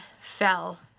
fell